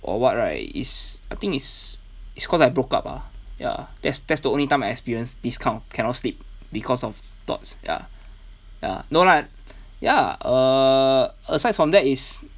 or what right is I think it's it's cause I broke up lah ya that's that's the only time I experienced this kind of cannot sleep because of thoughts ya ya no lah ya err aside from that is